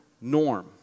norm